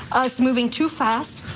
i was moving too fast.